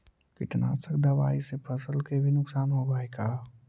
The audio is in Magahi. कीटनाशक दबाइ से फसल के भी नुकसान होब हई का?